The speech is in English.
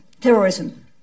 terrorism